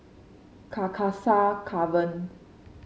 Carcasa Convent